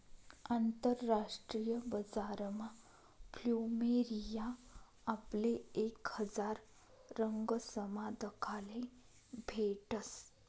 आंतरराष्ट्रीय बजारमा फ्लुमेरिया आपले एक हजार रंगसमा दखाले भेटस